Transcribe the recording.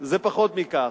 זה פחות מכך.